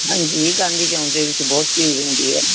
ਹਾਂਜੀ ਗਾਂਧੀ ਚੌਂਕ ਦੇ ਵਿੱਚ ਬਹੁਤ ਭੀੜ ਹੁੰਦੀ ਹੈ